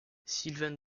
sylvain